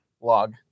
Log